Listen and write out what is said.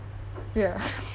ya